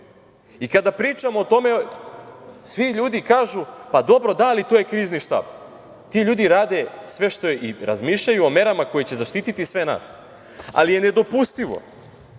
I kada pričamo o tome, svi ljudi kažu – pa, dobro, da, ali to je krizni štab. Ti ljudi rade i razmišljaju o merama koje će zaštiti sve nas. Ali je nedopustivo